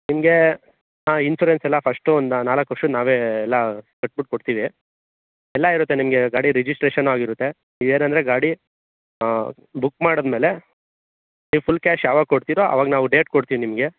ನಿಮಗೆ ಇನ್ಶೂರೆನ್ಸ್ ಎಲ್ಲ ಫಸ್ಟು ಒಂದು ನಾಲ್ಕು ವರ್ಷದ್ದು ನಾವೇ ಎಲ್ಲ ಕಟ್ಬಿಟ್ಟು ಕೊಡ್ತಿವಿ ಎಲ್ಲ ಇರುತ್ತೆ ನಿಮಗೆ ಗಾಡಿ ರಿಜಿಸ್ಟ್ರೇಷನು ಆಗಿರುತ್ತೆ ಇಯರ್ ಅಂದರೆ ಗಾಡಿ ಬುಕ್ ಮಾಡಿದ್ಮೇಲೆ ನೀವು ಫುಲ್ ಕ್ಯಾಶ್ ಯಾವಾಗ ಕೊಡ್ತಿರೋ ಅವಾಗ ನಾವು ಡೇಟ್ ಕೊಡ್ತೀವಿ ನಿಮಗೆ